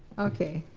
okay.